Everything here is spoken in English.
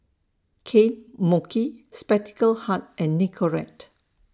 Kane Mochi Spectacle Hut and Nicorette